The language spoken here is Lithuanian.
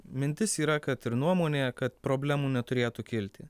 mintis yra kad ir nuomonė kad problemų neturėtų kilti